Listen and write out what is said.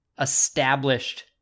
established